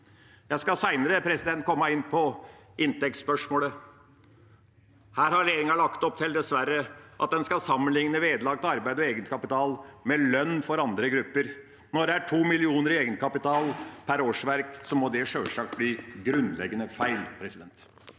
Jeg skal senere komme inn på inntektsspørsmålet. Her har regjeringa dessverre lagt opp til at en skal sammenligne vederlag til arbeid og egenkapital med lønn for andre grupper. Når det er to millioner i egenkapital per årsverk, må det sjølsagt bli grunnleggende feil. Birgit